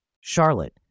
Charlotte